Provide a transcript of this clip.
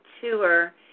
tour